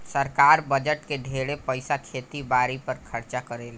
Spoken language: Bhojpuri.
सरकार बजट के ढेरे पईसा खेती बारी पर खर्चा करेले